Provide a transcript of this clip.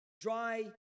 dry